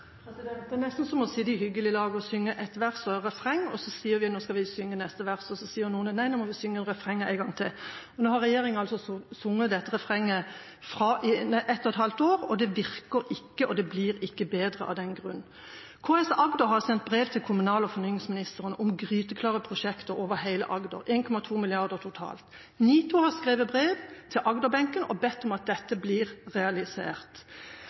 Det er nesten som å sitte i hyggelig lag og synge et vers og refrenget, og så sier vi at nå skal vi synge neste vers, men da sier noen: Nei, nå må vi synge refrenget en gang til. Nå har regjeringa altså sunget dette refrenget i ett og et halvt år, det virker ikke, og det blir ikke bedre av den grunn. KS Agder har sendt brev til kommunal- og moderniseringsministeren om gryteklare prosjekter over hele Agder – 1,2 mrd. kr totalt. NITO har skrevet brev til Agder-benken og bedt om at dette blir realisert.